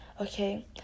okay